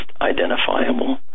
identifiable